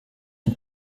und